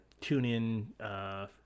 TuneIn